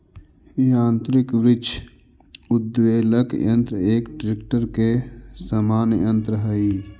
यान्त्रिक वृक्ष उद्वेलक यन्त्र एक ट्रेक्टर के समान यन्त्र हई